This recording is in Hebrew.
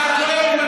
אתה, לא.